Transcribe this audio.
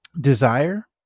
Desire